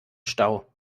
stau